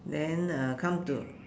then uh come to